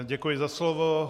Děkuji za slovo.